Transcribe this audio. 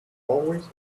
always